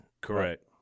Correct